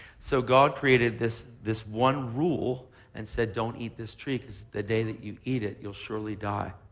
so god created this this one rule and said don't eat this tree because the day that you eat it, you'll surely die.